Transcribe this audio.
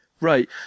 right